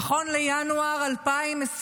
נכון לינואר 2025,